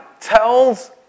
tells